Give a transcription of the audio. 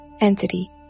entity